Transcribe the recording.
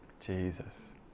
Jesus